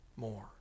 More